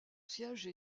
siège